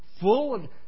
Full